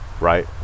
right